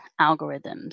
algorithms